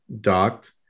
docked